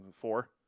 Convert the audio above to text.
Four